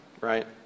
right